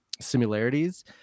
similarities